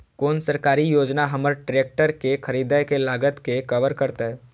कोन सरकारी योजना हमर ट्रेकटर के खरीदय के लागत के कवर करतय?